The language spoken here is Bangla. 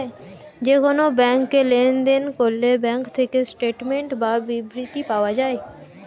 যে কোন ব্যাংকে লেনদেন করলে ব্যাঙ্ক থেকে স্টেটমেন্টস বা বিবৃতি পাওয়া যায়